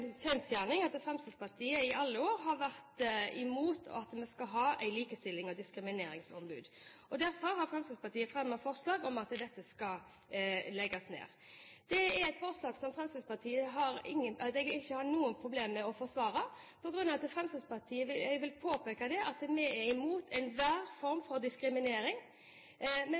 kjensgjerning at Fremskrittspartiet i alle år har vært imot at vi skal ha et likestillings- og diskrimineringsombud. Derfor har Fremskrittspartiet fremmet forslag om at dette skal legges ned. Det er et forslag som jeg ikke har noe problem med å forsvare, for jeg vil påpeke at vi i Fremskrittspartiet er imot enhver form for diskriminering. Men